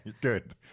good